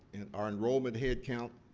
and our enrollment head count.